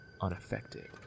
unaffected